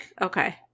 Okay